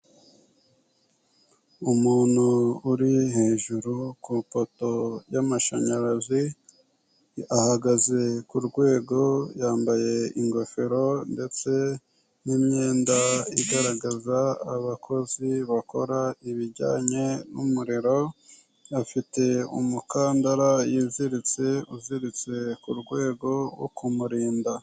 Umuntu uri hejuru ku ipoto y'amashanyarazi ahagaze kurwego yambaye ingofero ndetse n'imyenda igaragaza abakozi bakora ibijyanye n'umuriro afite umukandara yiziritse uziritse ku rwego rwo kumurinda.